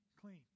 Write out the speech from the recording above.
clean